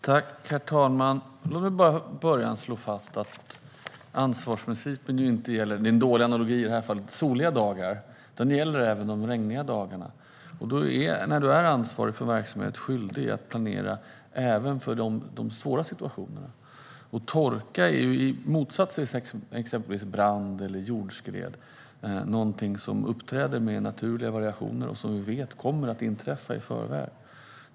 Fru ålderspresident! Låt mig bara till en början slå fast, även om det är en dålig analogi i det här fallet, att ansvarsprincipen inte gäller bara soliga dagar utan även de regniga dagarna. När du är ansvarig för en verksamhet är du skyldig att planera även för de svåra situationerna. Torka är, i motsats till exempelvis brand eller jordskred, någonting som uppträder med naturliga variationer och som vi i förväg vet kommer att inträffa.